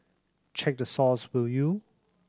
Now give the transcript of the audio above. check the source will you